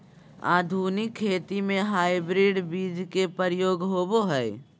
आधुनिक खेती में हाइब्रिड बीज के प्रयोग होबो हइ